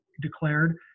declared